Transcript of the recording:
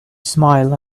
smile